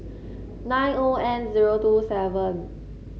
nine O N zero two seven